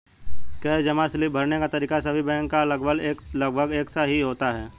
cash जमा slip भरने का तरीका सभी बैंक का लगभग एक सा ही होता है